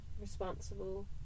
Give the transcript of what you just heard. responsible